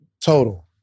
total